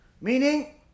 meaning